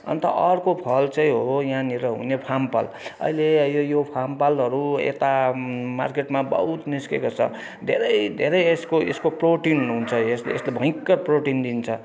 अन्त अर्को फल चाहिँ हो यहाँनेर हुने फामफल अहिले अहिले यो फामफलहरू यता मार्केटमा बहुत निस्केको छ धेरै धेरै यसको यसको प्रोटिन हुन्छ यसको यसको भयङ्कर प्रोटिन दिन्छ